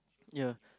ya